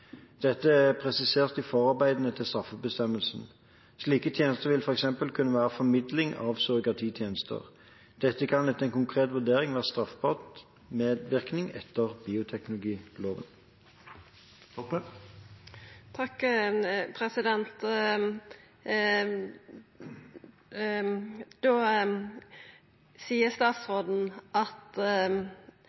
Dette er presisert i forarbeidene til straffebestemmelsen. Slike tjenester vil f.eks. kunne være formidling av surrogatitjenester. Dette kan etter en konkret vurdering være straffbar medvirkning etter bioteknologiloven. Da seier statsråden at